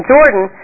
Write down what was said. Jordan